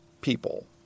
people